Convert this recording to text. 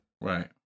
Right